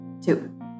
Two